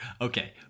Okay